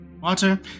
Water